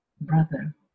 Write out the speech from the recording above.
brother